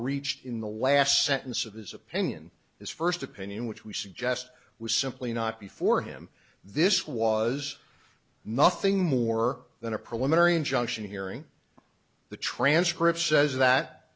reached in the last sentence of his opinion his first opinion which we suggest was simply not before him this was nothing more than a preliminary injunction hearing the transcript says that